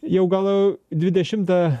jau gal dvidešimtą